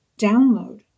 Download